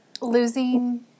losing